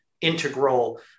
integral